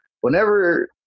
whenever